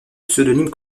pseudonyme